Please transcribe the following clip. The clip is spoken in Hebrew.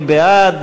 מי בעד?